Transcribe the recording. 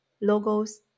logos